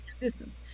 resistance